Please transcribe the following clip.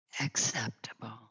acceptable